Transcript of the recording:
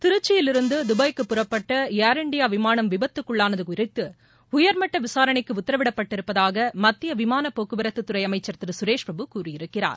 திருச்சியிலிருந்து துபாய்க்கு புறப்பட்ட ஏர் இண்டியா விமானம் விபத்துக்குள்ளானது குறித்து உயர்மட்ட விசாரணைக்கு உத்தரவிடப்பட்டிருப்பதாக மத்திய விமானப் போக்குவரத்து துறை அமைச்சர் திரு சுரேஷ் பிரபு கூறியிருக்கிறார்